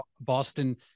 Boston